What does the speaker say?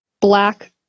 black